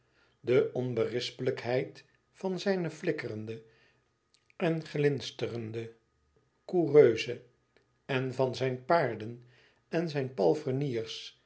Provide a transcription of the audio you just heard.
de onberispelijkheid van zijne flikkerende en glinsterende coureuse en van zijn paarden en zijn palfreniers